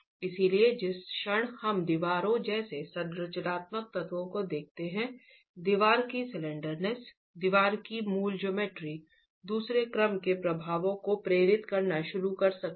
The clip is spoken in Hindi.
इसलिए जिस क्षण हम दीवारों जैसे संरचनात्मक तत्वों को देखते हैं दीवार की स्लैंडरनेस दीवार की मूल ज्योमेट्री दूसरे क्रम के प्रभावों को प्रेरित करना शुरू कर सकती है